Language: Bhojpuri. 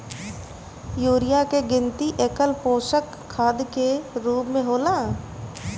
यूरिया के गिनती एकल पोषक खाद के रूप में होला